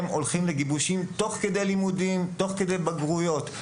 הם הולכים לגיבושים תוך כדי לימודים; תוך כדי בגרויות.